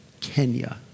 Kenya